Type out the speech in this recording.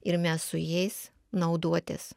ir mes su jais naudotis